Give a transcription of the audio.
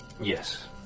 Yes